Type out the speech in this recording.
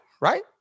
right